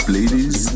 ladies